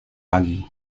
pagi